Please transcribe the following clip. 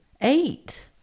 Eight